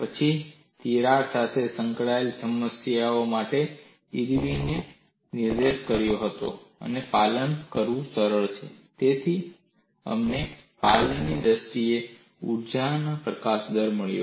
પછી તિરાડ સાથે સંકળાયેલી સમસ્યાઓ માટે ઇરવિને નિર્દેશ કર્યો કે પાલન કરવું સરળ છે તેથી અમને પાલનની દ્રષ્ટિએ ઊર્જા પ્રકાશન દર પણ મળ્યો